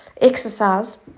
exercise